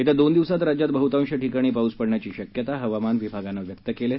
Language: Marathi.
येत्या दोन दिवसात राज्यात बहुतांश ठिकाणी पाऊस पडण्याची शक्यता हवामान विभागानं व्यक्त केली आहे